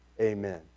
Amen